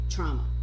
Trauma